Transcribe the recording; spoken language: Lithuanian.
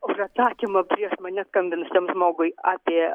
už atsakymą prieš mane skambinusiam žmogui apie